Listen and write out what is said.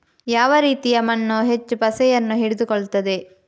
ಯಾವ ರೀತಿಯ ಮಣ್ಣು ಹೆಚ್ಚು ಪಸೆಯನ್ನು ಹಿಡಿದುಕೊಳ್ತದೆ?